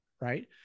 right